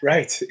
Right